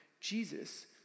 Jesus